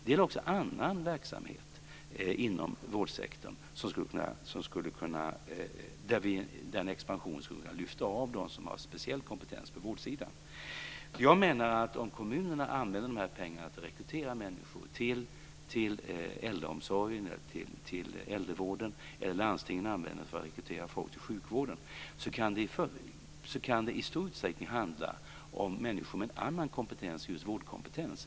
Det gäller också annan verksamhet inom vårdsektorn där en expansion skulle kunna frigöra dem som har speciell kompetens på vårdsidan. Om kommunerna använder de här pengarna till att rekrytera människor till äldreomsorgen eller till äldrevården eller om landstingen använder dem för att rekrytera folk till sjukvården, kan det i stor utsträckning handla om människor med annan kompetens än just vårdkompetens.